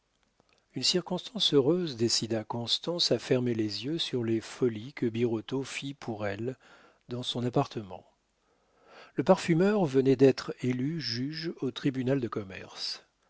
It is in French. une circonstance heureuse décida constance à fermer les yeux sur les folies que birotteau fit pour elle dans son appartement le parfumeur venait d'être élu juge au tribunal de commerce